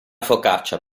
focaccia